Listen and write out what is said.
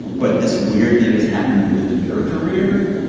but this weird thing has happened with your career